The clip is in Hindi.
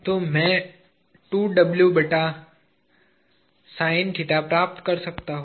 तो मै 2W बटा साइन थीटा प्राप्त करता हू